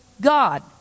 God